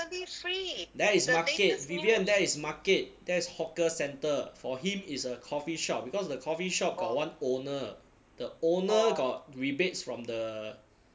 that is market vivian that is market that's hawker centre for him is a coffee shop because the coffee shop got one owner the owner got rebates from the